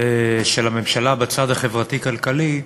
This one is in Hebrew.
של הממשלה בצד החברתי-כלכלי,